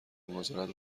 میگذارد